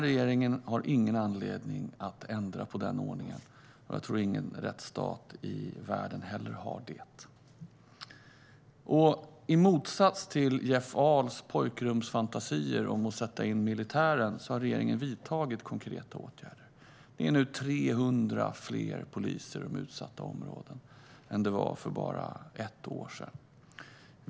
Regeringen har ingen anledning att ändra på den ordningen, och jag tror inte att någon annan rättsstat i världen heller har det. I motsats till Jeff Ahls pojkrumsfantasier om att sätta in militär har regeringen vidtagit konkreta åtgärder. Det finns nu 300 fler poliser i de utsatta områdena än för bara ett år sedan.